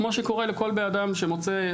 כמו שקורה לכל בן אדם שמוצא,